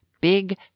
big